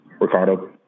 Ricardo